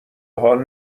حال